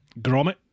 grommet